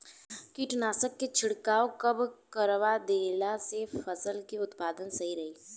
कीटनाशक के छिड़काव कब करवा देला से फसल के उत्पादन सही रही?